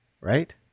right